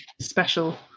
special